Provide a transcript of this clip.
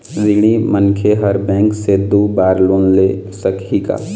ऋणी मनखे हर बैंक से दो बार लोन ले सकही का?